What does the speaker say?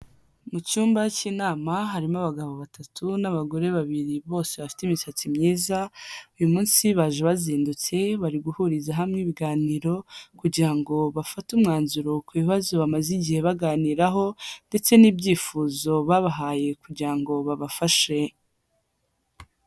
Mu cyumba cy'inama harimo abagabo batatu n'abagore babiri bose bafite imisatsi myiza, uyu munsi baje bazindutse bari guhuriza hamwe ibiganiro kugira ngo bafate umwanzuro ku bibazo bamaze igihe baganiraho ndetse n'ibyifuzo babahaye kugira ngo babafashe.